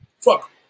fuck